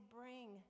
bring